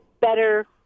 better